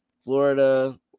Florida